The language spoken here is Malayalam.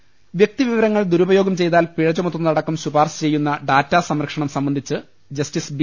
ദർവ്വഹി വൃക്തിവിവരങ്ങൾ ദുരുപയോഗം ചെയ്താൽ പിഴ ചുമത്തുന്നതടക്കം ശുപാർശ ചെയ്യുന്ന ഡാറ്റാ സംരക്ഷണം സംബന്ധിച്ച് ജസ്റ്റിസ് ബി